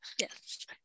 Yes